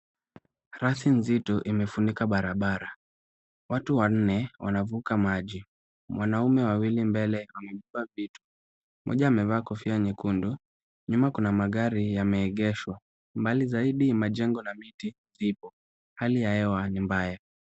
Rasi nzito imefunika barabara. Watu wanne wanavuka maji. Mwanaume wawili mbele wamevua vitu, mmoja amevaa kofia nyekundu. Nyuma kuna magari yameegeshwa, mbali zaidi majengo na miti ipo. Hali ya hewa ni mbaya.